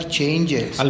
changes